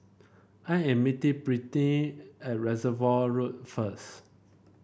I am meeting Brittni at Reservoir Road first